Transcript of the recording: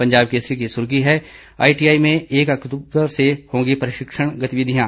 पंजाब केसरी की सुर्खी है आईटीआई में एक अक्तूबर से शुरू होंगी प्रशिक्षण गतिविधियां